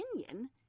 opinion